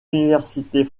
universités